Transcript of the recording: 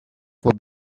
for